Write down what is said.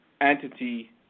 entity